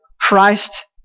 Christ